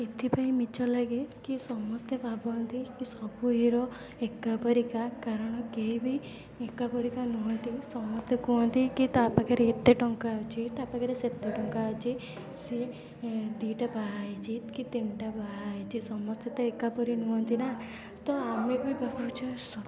ଏଥିପାଇଁ ମିଛ ଲାଗେ କି ସମସ୍ତେ ଭାବନ୍ତି କି ସବୁ ହିରୋ ଏକା ପରିକା କାରଣ କେହିବି ଏକା ପରିକା ନୁହଁନ୍ତି ସମସ୍ତେ କୁହନ୍ତି କି ତା'ପାଖରେ ଏତେ ଟଙ୍କା ଅଛି ତା' ପାଖରେ ସେତେ ଟଙ୍କା ଅଛି ସିଏ ଏଁ ଦୁଇଟା ବାହାହେଇଛି କି ତିନିଟା ବାହାହେଇଛି ସମସ୍ତେ ତ ଏକାପରି ନୁହଁନ୍ତି ନା ତ ଆମେ ବି ଭାବୁଛେ ସ